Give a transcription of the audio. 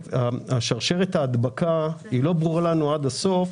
שרשרת ההדבקה לא ברורה לנו עד הסוף,